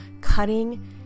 cutting